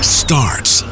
starts